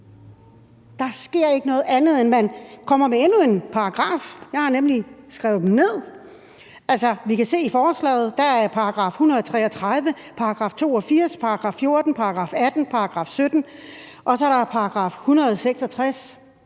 Der sker ikke noget, andet end at man kommer med endnu en paragraf. Jeg har nemlig skrevet dem ned. Vi kan se i forslaget, at der er § 133, § 82, § 14, § 18, § 17, og så er der § 166.